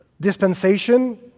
dispensation